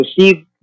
received